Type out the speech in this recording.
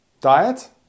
Diet